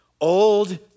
Old